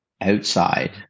outside